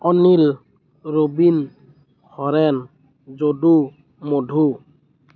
Anil Rabin Haren Jadu Madhu